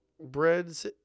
Breads